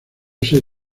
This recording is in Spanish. ser